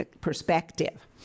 perspective